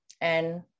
and-